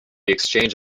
exchange